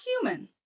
human